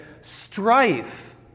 strife